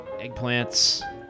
eggplants